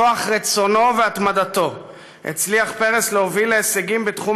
בכוח רצונו והתמדתו הצליח פרס להוביל להישגים בתחום